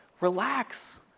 Relax